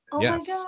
yes